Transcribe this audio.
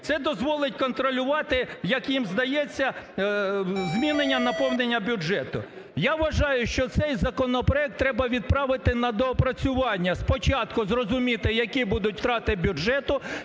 Це дозволить контролювати, як їм здається, змінення наповнення бюджету. Я вважаю, що цей законопроект треба відправити на доопрацювання. Спочатку зрозуміти, які будуть втрати бюджету,